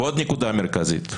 עוד נקודה מרכזית,